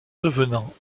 devenant